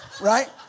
Right